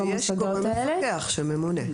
יש מפקח שממונה.